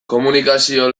komunikazio